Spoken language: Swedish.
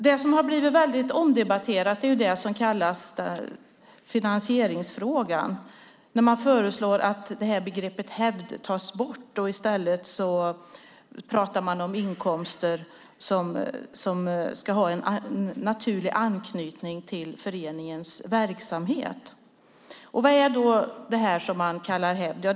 Det som har blivit väldigt omdebatterat är det som kallas finansieringsfrågan. Man föreslår att begreppet hävd tas bort. I stället talar man om inkomster som ska ha en naturlig anknytning till föreningens verksamhet. Vad är det då som man kallar hävd?